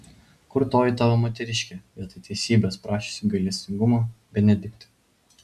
kur toji tavo moteriškė vietoj teisybės prašiusi gailestingumo benediktai